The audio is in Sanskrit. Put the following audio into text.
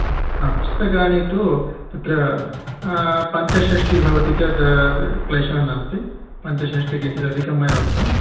हा पुस्तकानि तु तत्र पञ्चषष्टिः भवति चेद् क्लेशः नास्ति पञ्चषष्टिः किञ्चिदधिकं मया उक्तम्